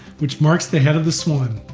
which marks the head of the swan.